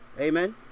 Amen